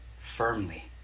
firmly